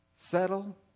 settle